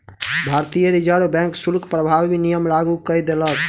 भारतीय reserve bank शुल्क प्रभावी नियम लागू कय देलक